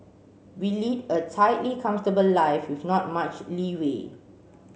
we lead a tightly comfortable life with not much leeway